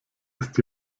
ist